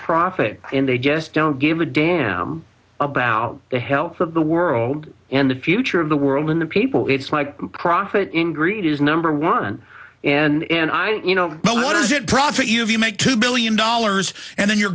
profit and they just don't give a damn about the health of the world and the future of the world in the people it's like profit in greed is number one and i don't you know but what does it profit you if you make two billion dollars and then your